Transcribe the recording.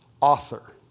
author